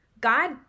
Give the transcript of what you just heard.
God